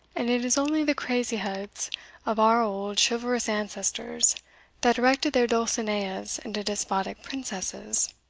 and it is only the crazy heads of our old chivalrous ancestors that erected their dulcineas into despotic princesses.